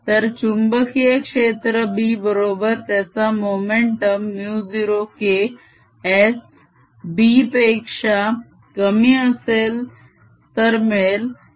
तर चुंबकीय क्षेत्र B बरोबर त्याचा माग्नितुड μ0K s B पेक्षा कमी असेल तर मिळेल